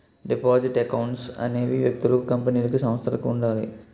deposit accounts అనేవి వ్యక్తులకు కంపెనీలకు సంస్థలకు ఉండాలి